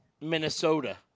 Minnesota